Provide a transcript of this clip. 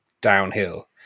downhill